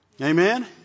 Amen